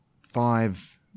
five